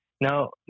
Now